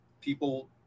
people